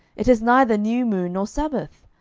it is neither new moon, nor sabbath.